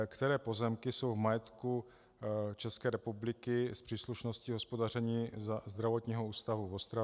Které pozemky jsou v majetku České republiky s příslušností hospodaření Zdravotního ústavu v Ostravě?